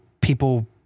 people